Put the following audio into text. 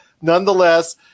nonetheless